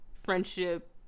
friendship